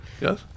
Yes